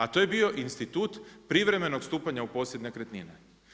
A to je bio institut privremenog stupanja u posjed nekretnine.